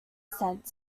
scent